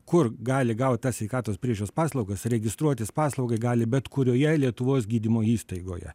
kur gali gaut tas sveikatos priežiūros paslaugas registruotis paslaugai gali bet kurioje lietuvos gydymo įstaigoje